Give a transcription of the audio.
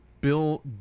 Bill